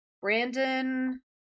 Brandon